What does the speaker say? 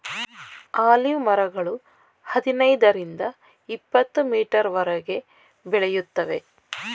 olive ಮರಗಳು ಹದಿನೈದರಿಂದ ಇಪತ್ತುಮೀಟರ್ವರೆಗೆ ಬೆಳೆಯುತ್ತವೆ